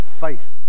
faith